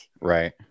Right